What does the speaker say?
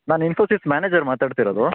ನಾನು ಇನ್ಫೋಸಿಸ್ ಮ್ಯಾನೇಜರ್ ಮಾತಾಡ್ತಿರೋದು